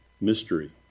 mystery